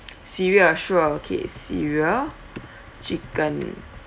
cereal sure okay cereal chicken